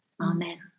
amen